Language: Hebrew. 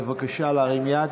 בבקשה להרים יד.